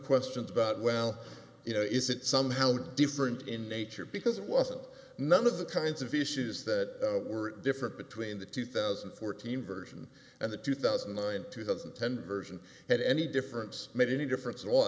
questions about well you know is it somehow different in nature because it wasn't none of the kinds of issues that were different between the two thousand and fourteen version and the two thousand and nine two thousand and ten version had any difference made any difference a